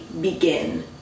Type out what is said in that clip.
begin